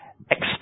expect